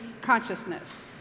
consciousness